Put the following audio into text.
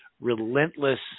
relentless